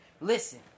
Listen